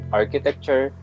architecture